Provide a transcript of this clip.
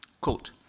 Quote